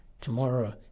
tomorrow